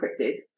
encrypted